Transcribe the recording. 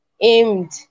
aimed